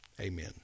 Amen